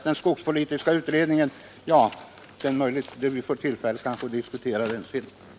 Den skogspolitiska utredningen får vi möjligen tillfälle att diskutera vid ett senare tillfälle.